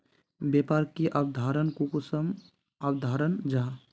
व्यापार की अवधारण कुंसम अवधारण जाहा?